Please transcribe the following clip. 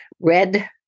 Red